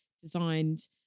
designed